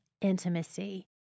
intimacy